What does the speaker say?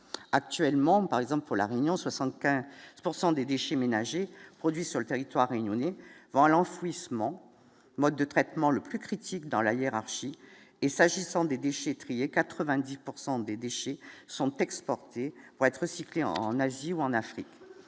actuellement par exemple pour la Réunion 75 pourcent des déchets ménagers produit sur le territoire réunionnais vont à l'enfouissement, mode de traitement le plus critique dans la hiérarchie et s'agissant des déchets triés 90 pourcent des déchets sont exportés pour être recyclés en Asie ou en Afrique,